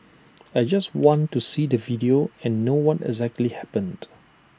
I just want to see the video and know what exactly happened